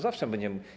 Zawsze będziemy.